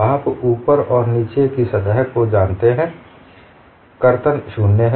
आप ऊपर और नीचे की सतह को जानते हैं कर्तन 0 है